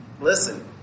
Listen